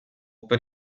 per